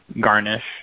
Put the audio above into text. garnish